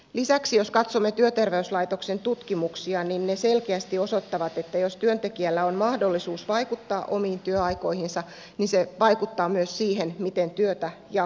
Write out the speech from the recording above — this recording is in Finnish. lisäksi jos katsomme työterveyslaitoksen tutkimuksia niin ne selkeästi osoittavat että jos työntekijällä on mahdollisuus vaikuttaa omiin työaikoihinsa niin se vaikuttaa myös siihen miten työtä jaksetaan